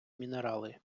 мінерали